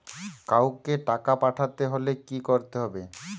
কাওকে টাকা পাঠাতে হলে কি করতে হবে?